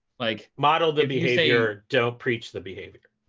like model the behavior. don't preach the behavior.